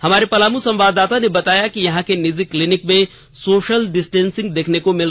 हमारे संवाददाता ने बताया कि यहां के निजी क्लीनिक में सोशल डिस्टेंसिंग देखने को मिला